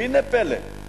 והנה פלא,